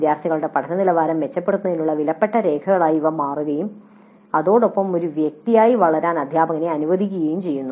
വിദ്യാർത്ഥികളുടെ പഠന നിലവാരം മെച്ചപ്പെടുത്തുന്നതിനുള്ള വിലപ്പെട്ട രേഖകളായി ഇവ മാറുകയും അതോടൊപ്പം ഒരു വ്യക്തിയായി വളരാൻ അധ്യാപകനെ അനുവദിക്കുകയും ചെയ്യുന്നു